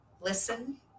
listen